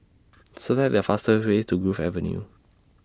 Select The fastest Way to Grove Avenue